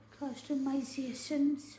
customizations